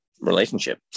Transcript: relationship